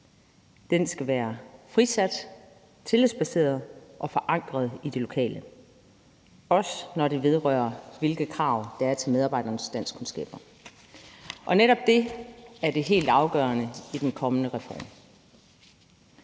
Den skal være frisat, tillidsbaseret og forankret i det lokale, også når det vedrører, hvilke krav der er til medarbejdernes danskkundskaber. Netop det er det helt afgørende i den kommende reform.